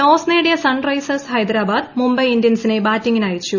toss നേടിയ Sunrisers Hyderabad Mumbai ഇന്ത്യൻസിനെ ബാറ്റിംഗിനയച്ചു